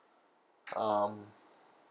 um